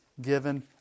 given